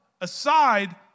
aside